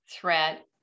threat